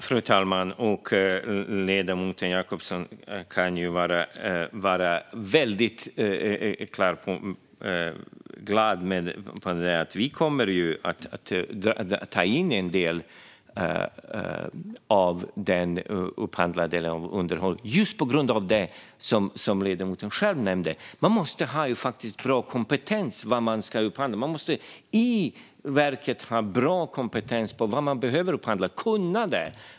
Fru talman! Ledamoten Jacobsson kan vara klar över att vi kommer att ta tillbaka en del av det upphandlade underhållet i egen regi just på grund av det som ledamoten själv nämner. I verket måste man ha bra kompetens om vad man behöver upphandla.